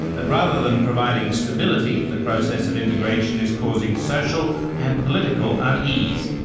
but rather than providing stability, the process of integration is causing social and political unease,